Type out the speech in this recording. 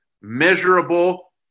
measurable